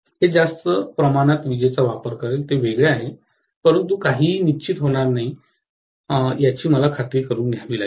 हे जास्त प्रमाणात विजेचा वापर करेल ते वेगळे आहे परंतु काहीही निश्चित होणार नाही याची मला खात्री करून घ्यावी लागेल